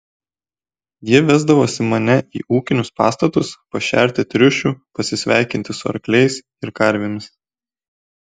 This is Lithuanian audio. ji vesdavosi mane į ūkinius pastatus pašerti triušių pasisveikinti su arkliais ir karvėmis